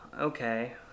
okay